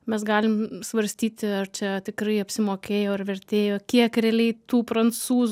mes galim svarstyti ar čia tikrai apsimokėjo ar vertėjo kiek realiai tų prancūzų